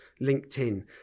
LinkedIn